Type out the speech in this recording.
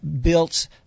built